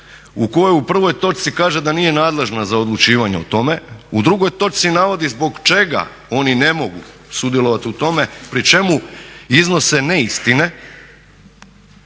u kojoj u prvoj točci kaže da nije nadležna za odlučivanje o tome. U drugoj točci navodi zbog čega oni ne mogu sudjelovati u tome pri čemu iznose neistine.